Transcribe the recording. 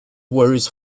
worries